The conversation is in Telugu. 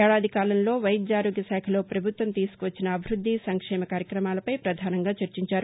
ఏడాది కాలంలో వైద్య ఆరోగ్య శాఖలో ప్రభుత్వం తీసుకాచ్చిన అభివృద్ది సంక్షేమ కార్యక్రమాలపై ప్రధానంగా చర్చించారు